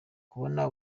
kubona